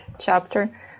chapter